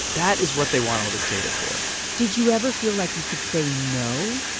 that is what they want all this data for did you ever feel like you could say no?